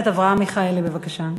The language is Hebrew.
אברהם מיכאלי, בבקשה.